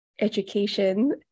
education